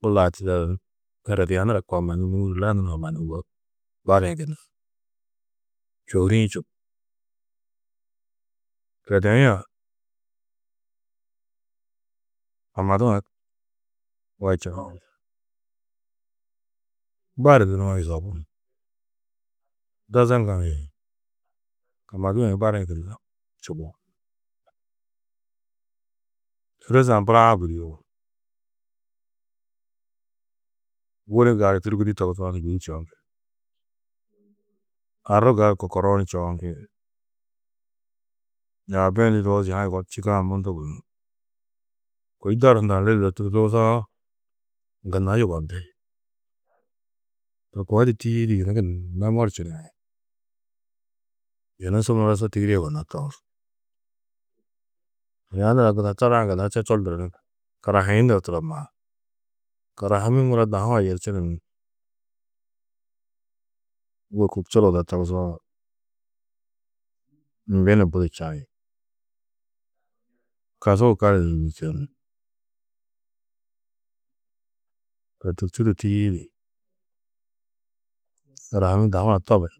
bu lau tidedu ni erediã nura kua mannu mûuru lanurã mannu wô bari-ĩ gunna čôhuri-ĩ čubu. Kodeĩ a kamadu-ã wečunu bari dunuwo yusobú, Dazaŋga-ã yê Kamadu-ã yê bari-ĩ gunna čubo. Ôroze-ã buroĩa-ã gûduyuo, wuni gali tûrgudi togusoo ni gûdi čoŋgi, arru gali kokoruo ni čoŋgi yaabi-ĩ di luwo yina čîkã mundu gunú. Kôi dor hundã ledudo tûrtu togusoo gunna yugondi. To koo di tîyiidi yunu gunna morčunu ni yunu muro su tigirîe yugonnó togus. Yinia nura tarã gunna čočol nuru ni karahaĩ nur turo maar, karahammi muro dahu-ã yerčunu ni wôku čuruudo togusoo mbi ni budi čagi, kasugu gali di ni yûgurtonú to tûrtu du tîyiidi karahammi dahu-ã tobur.